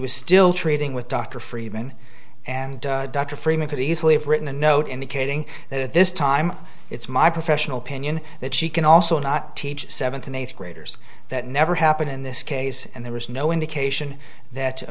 was still treating with dr friedman and dr freeman could easily have written a note indicating that at this time it's my professional opinion that she can also not teach seventh and eighth graders that never happened in this case and there was no indication that